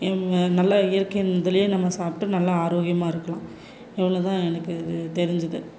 இவங்க நல்லா இயற்கை முதலே நம்ம சாப்பிட்டு நல்லா ஆரோக்கியமாக இருக்கலாம் இவ்வளோ தான் எனக்கு இது தெரிஞ்சது